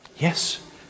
Yes